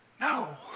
No